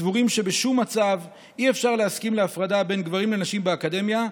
סבורים שבשום מצב אי-אפשר להסכים להפרדה בין גברים לנשים באקדמיה,